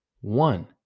One